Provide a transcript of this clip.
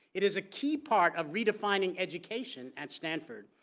it is a key part of redefining education at standford.